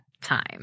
time